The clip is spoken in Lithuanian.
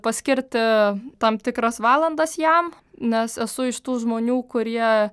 paskirti tam tikras valandas jam nes esu iš tų žmonių kurie